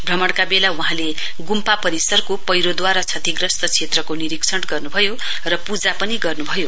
भ्रमणका बेला वहाँले ग्म्पा परिसरको पैह्वोद्वारा क्षतिग्रस्त क्षेत्रको निरीक्षण गर्नुभयो र पूजा पनि गर्नुभयो